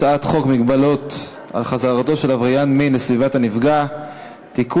הצעת חוק מגבלות על חזרתו של עבריין מין לסביבת הנפגע (תיקון,